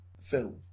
film